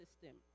system